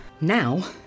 Now